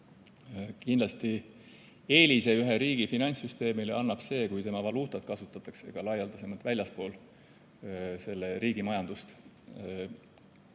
Kindlasti eelise ühe riigi finantssüsteemile annab see, kui tema valuutat kasutatakse ka laialdasemalt väljaspool selle riigi majandust.